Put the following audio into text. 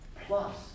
plus